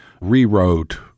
rewrote